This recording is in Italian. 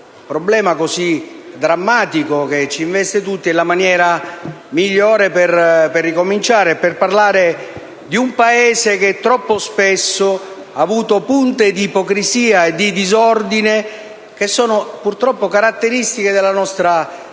problema così drammatico che investe tutti noi è la maniera migliore per ricominciare e per parlare di un Paese che troppo spesso ha avuto punte di ipocrisia e di disordine che sono purtroppo caratteristiche della nostra latitudine.